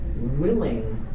willing